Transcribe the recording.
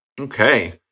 Okay